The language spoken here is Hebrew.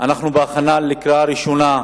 בהכנה לקריאה ראשונה,